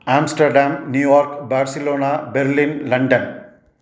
Amsterdam New York Barcelona Berlin London